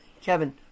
Kevin